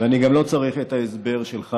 ואני גם לא צריך את ההסבר שלך,